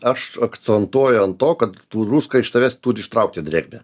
aš akcentuoju ant to kad druska iš tavęs turi ištraukti drėgmę